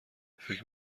فکر